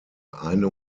eine